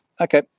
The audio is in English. Okay